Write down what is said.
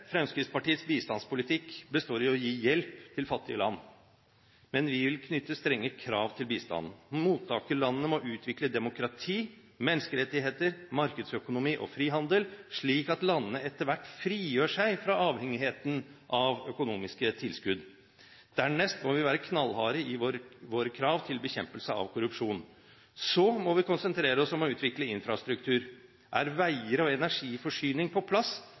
Fremskrittspartiets bistandspolitikk består i å gi hjelp til fattige land. Men vi vil knytte strenge krav til bistanden. Mottakerlandene må utvikle demokrati, menneskerettigheter, markedsøkonomi og frihandel, slik at landene etter hvert frigjør seg fra avhengigheten av økonomiske tilskudd. Dernest må vi være knallharde i våre krav til bekjempelse av korrupsjon. Så må vi konsentrere oss om å utvikle infrastruktur. Er veier og energiforsyning på plass,